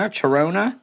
Charona